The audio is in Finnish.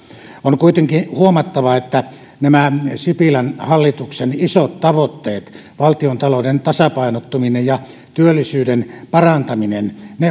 on kuitenkin huomattava että nämä sipilän hallituksen isot tavoitteet valtiontalouden tasapainottuminen ja työllisyyden parantaminen